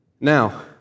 Now